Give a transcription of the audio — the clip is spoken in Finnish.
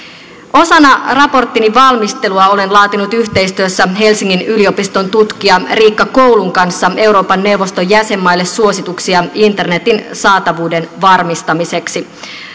osana raporttini valmistelua olen laatinut yhteistyössä helsingin yliopiston tutkija riikka koulun kanssa euroopan neuvoston jäsenmaille suosituksia internetin saatavuuden varmistamiseksi